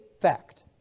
fact